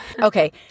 Okay